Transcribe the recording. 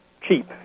cheap